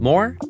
More